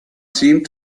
seemed